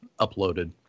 uploaded